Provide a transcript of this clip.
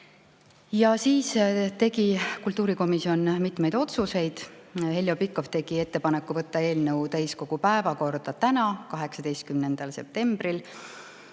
Ja siis tegi kultuurikomisjon mitmeid otsuseid. Heljo Pikhof tegi ettepaneku võtta eelnõu täiskogu päevakorda täna, 18. septembril,